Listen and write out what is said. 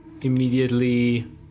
immediately